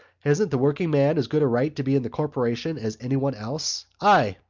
hasn't the working-man as good a right to be in the corporation as anyone else ay,